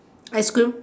ice cream